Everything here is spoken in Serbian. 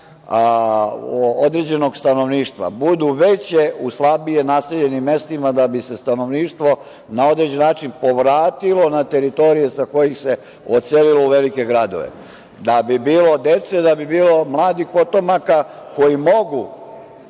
određenog stanovništva budu veće u slabije naseljenim mestima da bi se stanovništvo na određeni način povratilo na teritorije sa kojih se odselilo u velike gradove, da bi bilo dece, da bi bilo mladih potomaka koji mogu